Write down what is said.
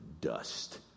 dust